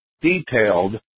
detailed